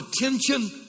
attention